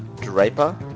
Draper